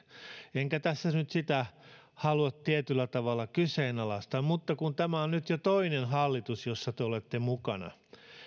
enkä tässä nyt sitä halua tietyllä tavalla kyseenalaistaa mutta kun tämä on nyt jo toinen hallitus jossa te olette mukana